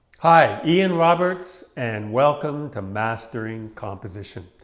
hi, ian roberts and welcome to mastering composition.